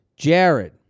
Jared